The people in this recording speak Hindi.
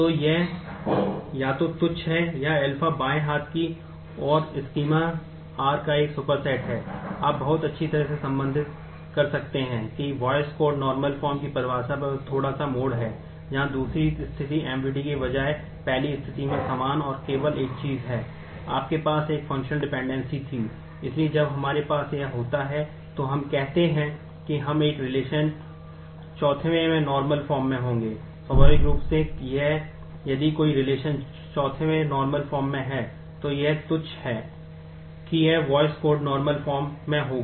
तो यह या तो तुच्छ में होगा लेकिन रिवर्स जरूरी नहीं होगा